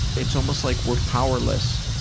it's almost like we're powerless,